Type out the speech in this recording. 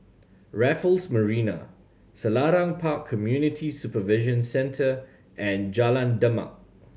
Raffles Marina Selarang Park Community Supervision Centre and Jalan Demak